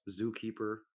Zookeeper